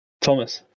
Thomas